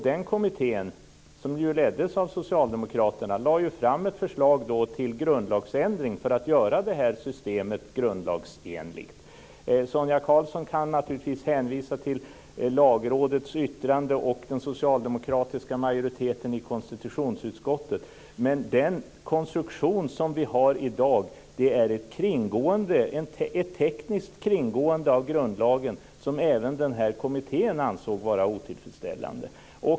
Den kommittén, som leddes av socialdemokraterna, lade fram ett förslag till grundlagsändring för att göra systemet grundlagsenligt. Sonia Karlsson kan naturligtvis hänvisa till Lagrådets yttrande och den socialdemokratiska majoriteten i konstitutionsutskottet. Men den konstruktion vi har i dag är ett tekniskt kringgående av grundlagen som även kommittén ansåg vara otillfredsställande.